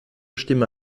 stimme